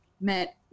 met